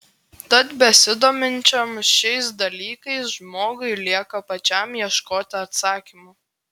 tad besidominčiam šiais dalykais žmogui lieka pačiam ieškoti atsakymų